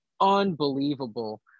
unbelievable